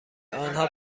آنها